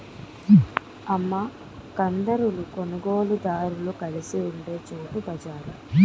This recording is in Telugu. అమ్మ కందారులు కొనుగోలుదారులు కలిసి ఉండే చోటు బజారు